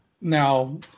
Now